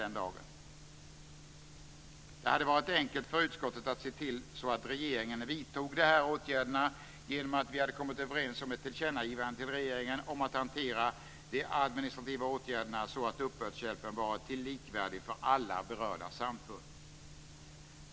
Det hade varit enkelt för utskottet att se till att regeringen vidtog de här åtgärderna genom att vi kommit överens om ett tillkännagivande till regeringen om att hantera de administrativa åtgärderna så att uppbördshjälpen varit likvärdig för alla berörda samfund.